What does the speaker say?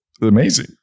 amazing